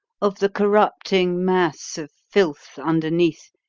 of the corrupting mass of filth underneath,